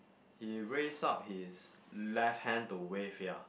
he raise up his left hand to wave ya